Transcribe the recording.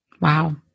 Wow